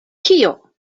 kio